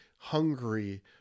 hungry